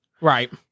Right